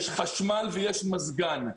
יש חשמל ויש מזגן.